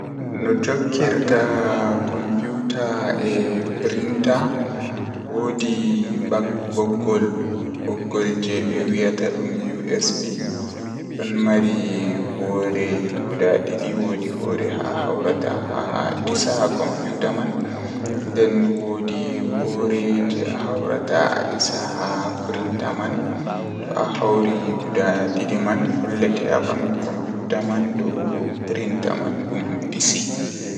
Midon laara waya am haa nyande kasata nde temmere haa nyalande midon yaaba nde temerre soo haa asaweere tomi hawri dun nangan midon yaaba nde temerre jweedidi.